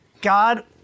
God